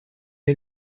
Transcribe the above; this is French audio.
est